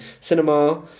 Cinema